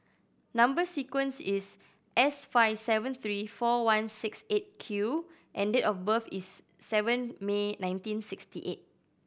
number sequence is S five seven three four one six Eight Q and date of birth is seven May nineteen sixty eight